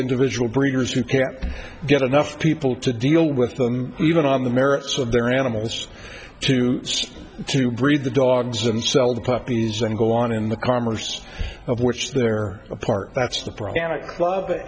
individual breeders who can't get enough people to deal with them even on the merits of their animals to to breed the dogs and sell the puppies and go on in the commerce of which they're a part